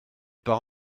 part